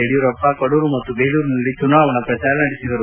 ಯಡಿಯೂರಪ್ಪ ಕಡೂರು ಮತ್ತು ಬೇಲೂರಿನಲ್ಲಿ ಚುನಾವಣಾ ಪ್ರಚಾರ ನಡೆಸಿದರು